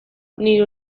nire